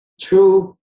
true